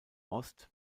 ost